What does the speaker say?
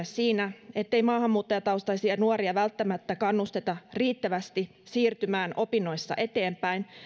siinä ettei maahanmuuttajataustaisia nuoria välttämättä kannusteta riittävästi siirtymään opinnoissa eteenpäin